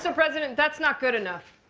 and president that's not good enough.